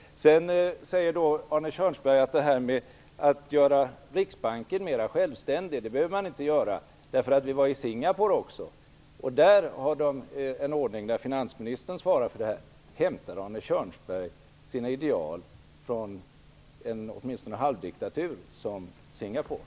Sedan säger Arne Kjörnsberg att man inte behöver göra Riksbanken mer självständig och hänvisar till att vi har varit i Singapore där de har en ordning där finansministern svarar för det här. Hämtar Arne Kjörnsberg sina ideal från en om inte diktatur så åtminstone halvdiktatur som Singapore?